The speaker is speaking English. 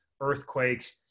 earthquakes